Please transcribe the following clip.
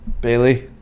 Bailey